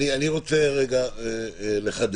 אני רוצה לחדד.